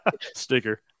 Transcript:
sticker